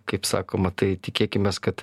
kaip sakoma tai tikėkimės kad